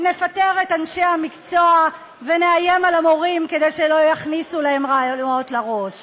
נפטר את אנשי המקצוע ונאיים על המורים כדי שלא יכניסו להם רעיונות לראש.